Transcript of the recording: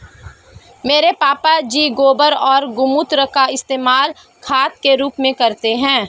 मेरे पापा जी गोबर और गोमूत्र का इस्तेमाल खाद के रूप में करते हैं